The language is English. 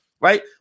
Right